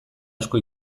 asko